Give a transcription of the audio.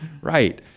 Right